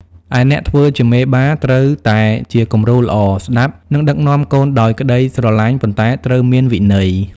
ឯអ្នកធ្វើជាមេបា ត្រូវតែជាគំរូល្អ ស្តាប់ និងដឹកនាំកូនដោយក្ដីស្រឡាញ់ ប៉ុន្តែត្រូវមានវិន័យ។